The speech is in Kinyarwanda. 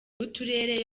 n’uturere